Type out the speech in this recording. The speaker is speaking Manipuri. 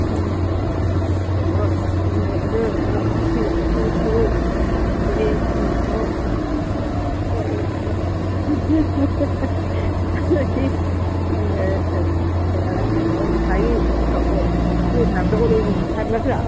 ꯎꯝ ꯍꯣꯏ ꯑꯗꯨꯅꯦ ꯑꯗꯨ ꯁꯤꯁꯨ ꯎꯔꯦꯡꯁꯤꯃꯁꯨ ꯀꯩꯅꯣ ꯉꯁꯥꯏꯒꯤ ꯌꯦꯠꯅꯕꯗꯣ ꯎꯔꯦꯡ ꯐꯪꯉꯗ꯭ꯔꯥ